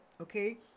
okay